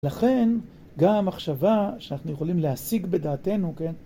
לכן גם המחשבה שאנחנו יכולים להשיג בדעתנו, כן?